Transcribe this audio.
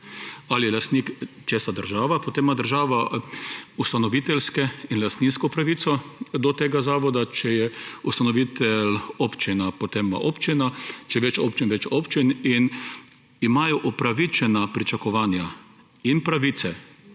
Ali je lastnik česar država, potem ima država ustanoviteljske in lastninsko pravico do tega zavoda, če je ustanovitelj občina, potem občina, če je več oblin, več občin in imajo upravičena pričakovanja in pravice.